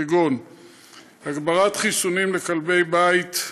כגון הגברת חיסונים לכלבי בית,